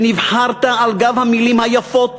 שנבחרת על גב המילים היפות,